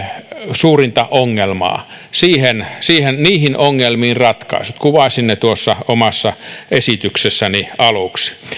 suurinta ongelmaa niihin ongelmiin ratkaisut kuvasin ne tuossa omassa esityksessäni aluksi